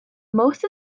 most